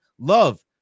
Love